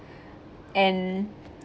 and